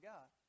God